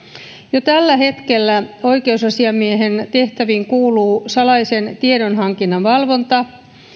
jo tällä hetkellä oikeusasiamiehen tehtäviin kuuluu salaisen tiedonhankinnan valvonta